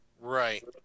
Right